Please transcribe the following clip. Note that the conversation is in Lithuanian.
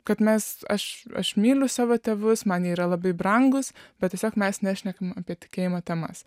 kad mes aš aš myliu savo tėvus man jie yra labai brangūs bet tiesiog mes nešnekam apie tikėjimo temas